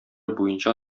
буенча